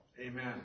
Amen